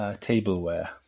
tableware